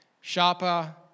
sharper